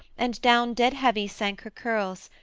and down dead-heavy sank her curls,